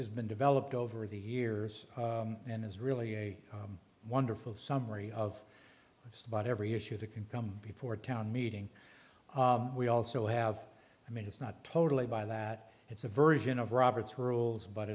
has been developed over the years and is really a wonderful summary of just about every issue that can come before a town meeting we also have i mean it's not totally buy that it's a version of robert's rules but